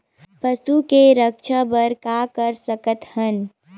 पशु के रक्षा बर का कर सकत हन?